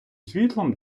світлом